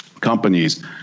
companies